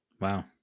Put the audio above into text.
Wow